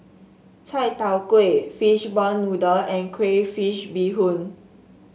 Chai Tow Kuay Fishball Noodle and Crayfish Beehoon